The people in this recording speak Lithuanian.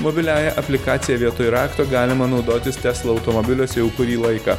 mobiliąja aplikacija vietoj rakto galima naudotis tesla automobiliuose jau kurį laiką